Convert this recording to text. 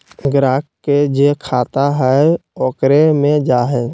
ग्राहक के जे खाता हइ ओकरे मे जा हइ